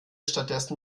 stattdessen